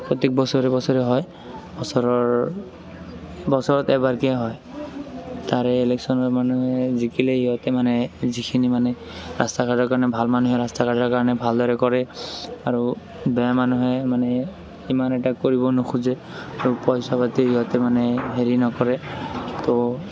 প্ৰত্যেক বছৰে বছৰে হয় বছৰৰ বছৰত এবাৰকে হয় তাৰে ইলেকশ্যনৰ মানুহে জিকিলে ইহঁতে মানে যিখিনি মানে ৰাস্তা ঘাটৰ কাৰণে ভাল মানুহে ৰাস্তা ঘাটৰ কাৰণে ভালদৰে কৰে আৰু বেয়া মানুহে মানে সিমান এটা কৰিব নোখোজে আৰু পইচা পাতি ইহঁতে মানে হেৰি নকৰে তো